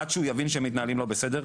עד שהוא יבין שמתנהלים לא בסדר,